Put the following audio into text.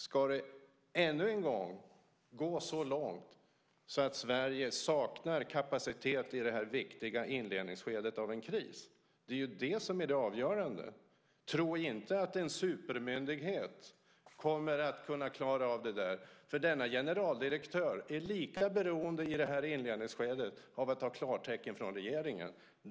Ska det ännu en gång gå så långt att Sverige saknar kapacitet i det viktiga inledningsskedet av en kris? Det är ju det som är det avgörande. Tro inte att en supermyndighet kommer att kunna klara av det där, för dess generaldirektör är i inledningsskedet lika beroende av att ha klartecken från regeringen.